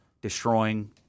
destroying